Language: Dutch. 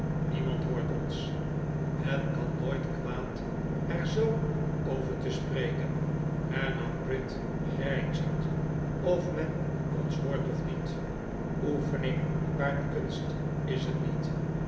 niemand hoort ons het kan nooit kwaad er zoo over te spreken hernam gride grijnzend of men ons hoort of niet oefening baart kunst is t niet